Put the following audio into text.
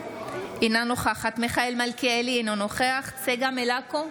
אינה נוכחת מיכאל מלכיאלי, אינו נוכח צגה מלקו,